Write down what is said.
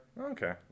Okay